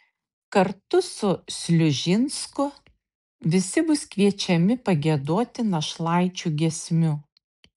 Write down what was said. kartu su sliužinsku visi bus kviečiami pagiedoti našlaičių giesmių